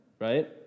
right